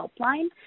Helpline